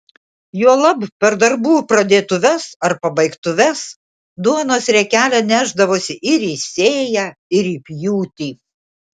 juolab per darbų pradėtuves ar pabaigtuves duonos riekelę nešdavosi ir į sėją ir į pjūtį